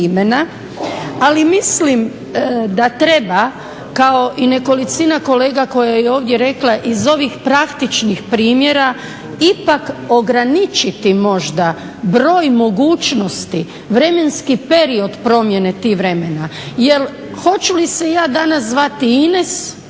Ali mislim da treba kao i nekolicina kolega koja je ovdje rekla iz ovih praktičnih primjera ipak ograničiti možda broj mogućnosti, vremenski period promjene tih vremena. Jer hoću li se ja danas zvati Ines,